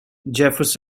davis